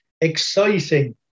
exciting